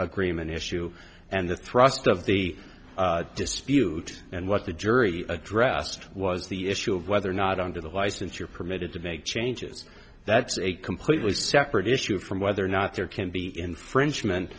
agreement issue and the thrust of the dispute and what the jury addressed was the issue of whether or not under the license you're permitted to make changes that's a completely separate issue from whether or not there can be infringement